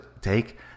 take